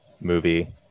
movie